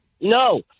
No